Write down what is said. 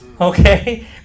Okay